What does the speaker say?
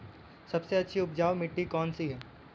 सबसे अच्छी उपजाऊ मिट्टी कौन सी है?